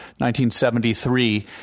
1973